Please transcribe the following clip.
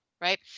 Right